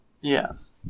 Yes